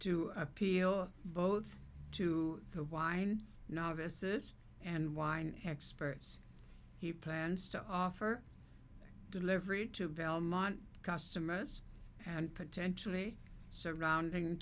to appeal both to the wine novices and wine experts he plans to offer delivery to belmont customers and potentially surrounding